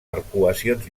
arcuacions